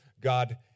God